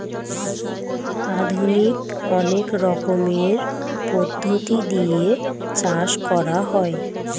আধুনিক অনেক রকমের পদ্ধতি দিয়ে চাষ করা হয়